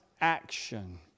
action